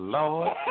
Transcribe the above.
Lord